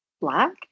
black